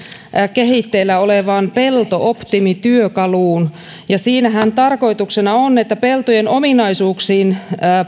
kehitteillä olevaan pelto optimityökaluun siinähän tarkoituksena on että peltojen ominaisuuksiin